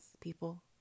people